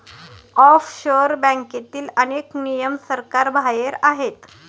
offshore बँकेतील अनेक नियम सरकारबाहेर आहेत